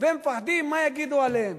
והם מפחדים מה יגידו עליהם.